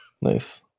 Nice